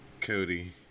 Cody